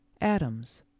atoms